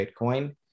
Bitcoin